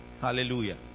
hallelujah